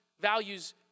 values